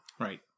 Right